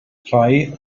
rhai